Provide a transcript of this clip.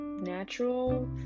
natural